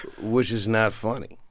which is not funny.